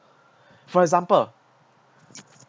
for example